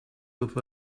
with